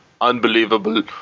Unbelievable